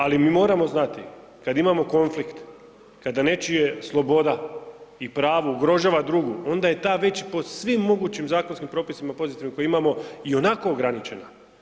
Ali mi moramo znati kada imamo konflikt, kada nečija sloboda i pravo ugrožava drugu onda je ta već po svim mogućim zakonskim propisima pozitivnim koje imamo i onako ograničena.